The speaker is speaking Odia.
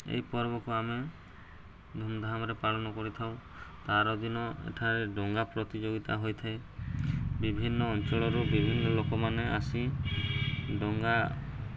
ଏହି ପର୍ବକୁ ଆମେ ଧୁମ୍ଧାମ୍ରେ ପାଳନ କରିଥାଉ ତା ଆର ଦିନ ଏଠାରେ ଡ଼ଙ୍ଗା ପ୍ରତିଯୋଗିତା ହୋଇଥାଏ ବିଭିନ୍ନ ଅଞ୍ଚଳରୁ ବିଭିନ୍ନ ଲୋକମାନେ ଆସି ଡ଼ଙ୍ଗା